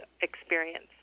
experience